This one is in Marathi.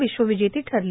विश्वविजेती ठरली